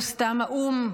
לא סתם האו"ם,